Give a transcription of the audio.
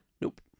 Nope